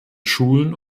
schulen